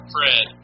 Fred